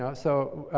ah so,